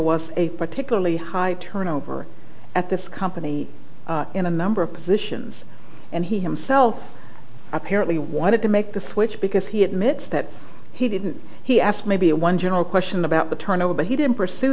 was a particularly high turnover at this company in a number of positions and he himself apparently wanted to make the switch because he admits that he didn't he asked maybe a one general question about the turnover but he didn't pursue